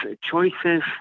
choices